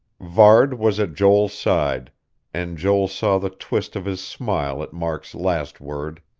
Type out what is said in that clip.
varde was at joel's side and joel saw the twist of his smile at mark's last word.